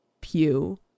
pew